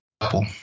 Apple